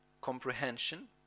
comprehension